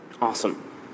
Awesome